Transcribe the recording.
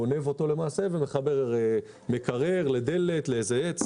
גונב אותו למעשה ומחבר מקרר לדלת לאיזה עץ.